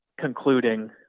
concluding